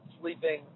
sleeping